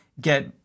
get